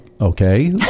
okay